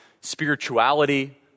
spirituality